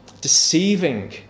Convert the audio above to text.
deceiving